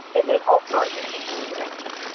and then, also i think just the connection